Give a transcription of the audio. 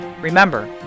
Remember